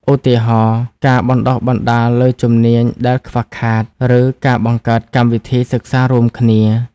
ឧទាហរណ៍ ការបណ្តុះបណ្តាលលើជំនាញដែលខ្វះខាត ឬការបង្កើតកម្មវិធីសិក្សារួមគ្នា។